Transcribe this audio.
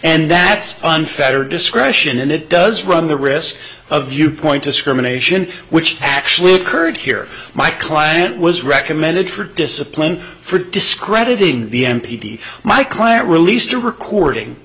and that's unfettered discretion and it does run the risk of viewpoint discrimination which actually occurred here my client was recommended for discipline for discrediting the m p p my client released a recording